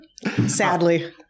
Sadly